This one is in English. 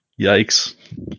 Yikes